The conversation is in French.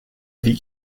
vie